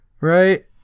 right